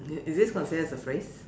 is this considered as a phrase